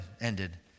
ended